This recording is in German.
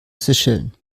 seychellen